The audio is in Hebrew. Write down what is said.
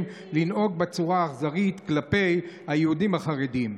לנהוג בצורה אכזרית כלפי היהודים החרדים.